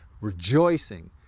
rejoicing